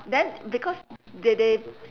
then because they they